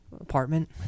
apartment